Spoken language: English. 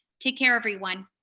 take care, everyone.